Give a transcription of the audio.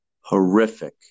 horrific